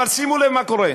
אבל שימו לב מה קורה.